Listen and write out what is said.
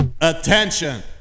Attention